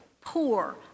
poor